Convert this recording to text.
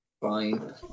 Fine